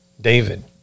david